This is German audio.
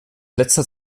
letzter